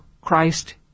Christ